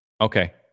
Okay